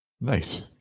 Nice